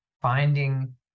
finding